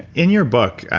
in your book,